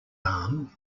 arm